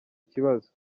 ikibazo